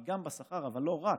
היא גם בשכר אבל לא רק,